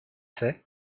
c’est